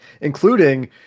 including